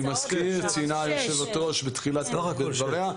ציינה היושבת-ראש בתחילת דבריה,